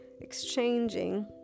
exchanging